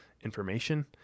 information